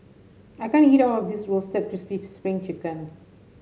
I can't eat all of this Roasted Crispy Spring Chicken